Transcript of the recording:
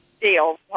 deal